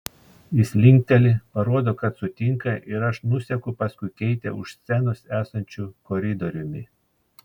jis linkteli parodo kad sutinka ir aš nuseku paskui keitę už scenos esančiu koridoriumi